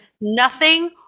nothing-